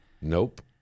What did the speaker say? nope